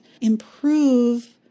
improve